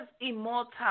immortal